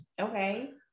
Okay